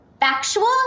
factual